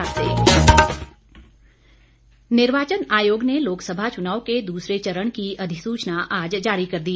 अधिसूचना निर्वाचन आयोग ने लोकसभा चुनाव के दूसरे चरण की अधिसूचना आज जारी कर दी